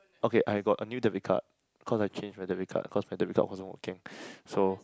okay I got a new debit card cause I change my debit card cause my debit card wasn't working so